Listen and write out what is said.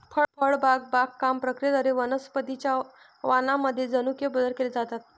फळबाग बागकाम प्रक्रियेद्वारे वनस्पतीं च्या वाणांमध्ये जनुकीय बदल केले जातात